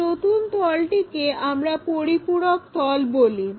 এই নতুন তলটিকে আমরা পরিপূরক তল বলি